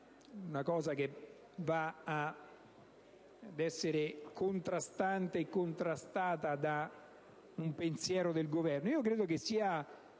un aspetto che possa essere contrastante e contrastato da un pensiero del Governo: